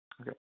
Okay